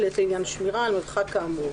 שלט לעניין שמירה על מרחק כאמור,